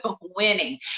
winning